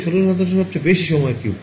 এই ১৬৭৭ সবচেয়ে বেশি সময়ের Q